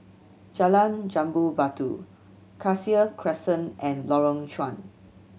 Jalan Jambu Batu Cassia Crescent and Lorong Chuan